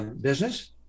Business